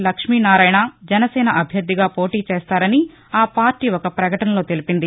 లక్ష్మీ నారాయణ జనసేన అభ్యర్దిగా పోటీ చేస్తారని ఆ పార్టీ ఒక పకటనలో తెలిపింది